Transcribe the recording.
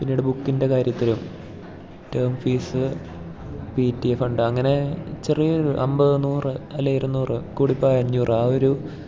പിന്നീട് ബുക്കിൻ്റെ കാര്യത്തിലും term fees P T A fund അങ്ങനെ ചെറിയ ഒരു അമ്പത് നൂറ് അല്ലെങ്കിൽ ഇരുന്നൂറ് കൂടിപ്പോയാൽ അഞ്ഞൂറ് ആ ഒരു